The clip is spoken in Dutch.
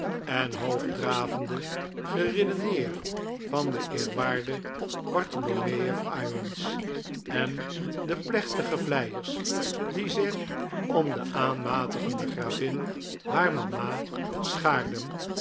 en hoogdravende geredeneer van den eerwaarden bartholomew irons en de plechtige vleiers die zich om de aanmatigende gravin haar mama schaarden